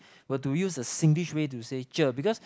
but do use a Singlish way to say cher because